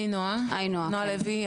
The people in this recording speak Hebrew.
אני נועה, נועה לוי.